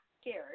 scared